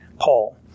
Paul